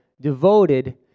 devoted